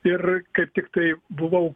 ir kaip tiktai buvau